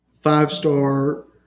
five-star